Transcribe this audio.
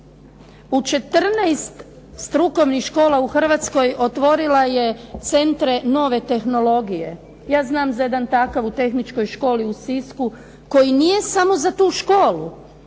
U 14 strukovnih škola u Hrvatskoj otvorila je centre nove tehnologije. Ja znam za jedan takav u Tehničkoj školi u Sisku koji nije samo za tu školu,